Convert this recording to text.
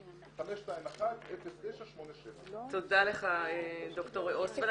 05305210987. תודה לך ד"ר אוסטפלד,